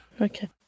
Okay